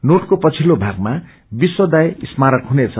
नोटको पछित्लो भागमा विश्वदाय स्मारक हुनेछ